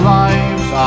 lives